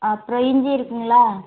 அப்புறம் இஞ்சி இருக்குங்களா